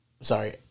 sorry